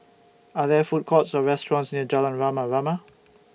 Are There Food Courts Or restaurants near Jalan Rama Rama